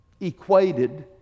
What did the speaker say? equated